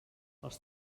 els